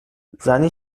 زنی